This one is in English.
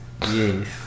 yes